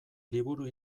liburu